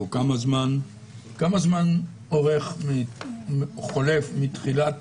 כמה זמן חולף מתחילת